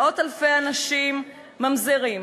מאות-אלפי אנשים ממזרים,